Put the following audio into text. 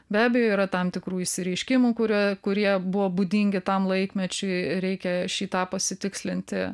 be abejo yra tam tikrų išsireiškimų kurie kurie buvo būdingi tam laikmečiui reikia šį tą pasitikslinti